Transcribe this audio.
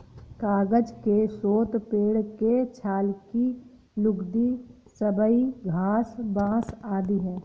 कागज के स्रोत पेड़ के छाल की लुगदी, सबई घास, बाँस आदि हैं